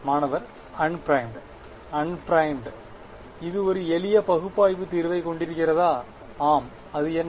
மாணவர் அன்பிறைமுட் அன்பிறைமுட் இது ஒரு எளிய பகுப்பாய்வு தீர்வைக் கொண்டிருக்கிறதா ஆம் அது என்ன